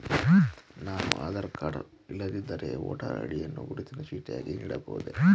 ನಾನು ಆಧಾರ ಕಾರ್ಡ್ ಇಲ್ಲದಿದ್ದರೆ voter ID ಯನ್ನು ಗುರುತಿನ ಚೀಟಿಯಾಗಿ ನೀಡಬಹುದೇ?